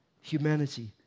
humanity